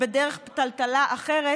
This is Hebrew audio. בדרך פתלתלה אחרת,